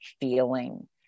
feeling